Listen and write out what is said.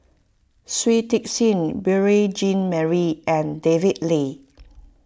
Shui Tit Sing Beurel Jean Marie and David Lee